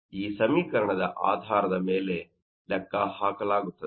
ಈ ಸಮೀಕರಣದ ಆಧಾರದ ಮೇಲೆ ಲೆಕ್ಕಹಾಕಲಾಗುತ್ತದೆ